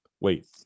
wait